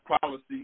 policy